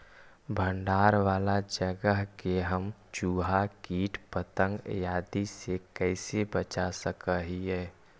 भंडार वाला जगह के हम चुहा, किट पतंग, आदि से कैसे बचा सक हिय?